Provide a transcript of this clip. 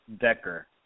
Decker